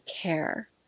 care